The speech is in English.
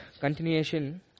continuation